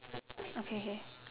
okay K